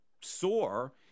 soar